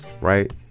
Right